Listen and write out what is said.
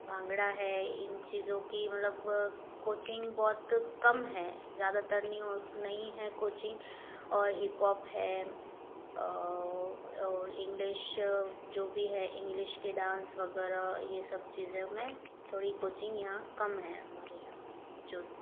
भांगड़ा है इन चीज़ों कि मतलब कोचिंग बहुत कम है ज़्यादातर नहीं हो नहीं है कोचिंग और हिप हॉप है और इंग्लिश जो भी है इंग्लिश के डांस वगैरह यह सब चीज़ों में थोड़ी कोचिंग यहाँ कम है हमारे यहाँ जोधपुर में